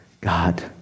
God